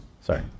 Sorry